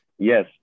Yes